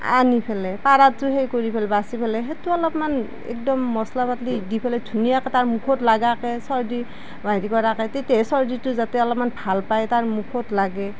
আনি পেলাই পাৰাটো হেৰি কৰি বাচি পেলাই সেইটো অলপমান একদম মছলা পাতি দি পেলাই ধুনীয়াকৈ তাৰ মুখত লাগাকে চৰ্দী বা হেৰি কৰাকৈ তেতিয়া চৰ্দীটো যাতে অলপ ভাল পায় তাৰ মুখত লাগে